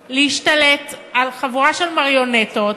נוח להשתלט על חבורה של מריונטות,